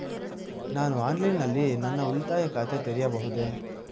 ನಾನು ಆನ್ಲೈನ್ ನಲ್ಲಿ ನನ್ನ ಉಳಿತಾಯ ಖಾತೆ ತೆರೆಯಬಹುದೇ?